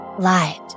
Light